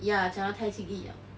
ya 讲得太轻易 liao